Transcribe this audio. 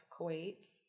Kuwait